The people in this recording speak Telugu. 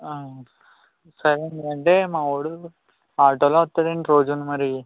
ఆ సరేనండీ అంటే మావాడు ఆటోలో వస్తాడండి రోజూను మరి